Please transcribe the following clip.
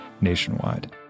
nationwide